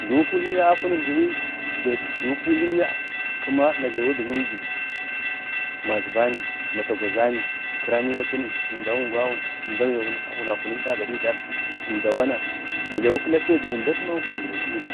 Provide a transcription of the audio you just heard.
Jliwi kuliyya akunik jliwi kima na jlawi əmd masarni, matagwazani, kiramiwatini mda kingwawun, əmda bai wuna kunik da gadi daksi əmda wana, wuna jlabi kilapiya dik əmdi atiyau jluwi kuli